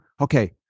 okay